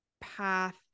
path